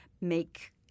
make